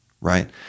right